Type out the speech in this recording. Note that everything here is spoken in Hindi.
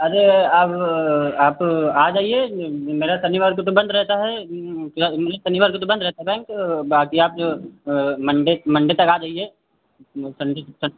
अरे अब आप आ जाइए यह मेरा शनिवार को तो बंद रहता है मतलब शनिवार को तो बंद रहता है बैंक बाक़ी आप मंडे मंडे तक आ जाइए संडे तक